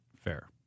Fair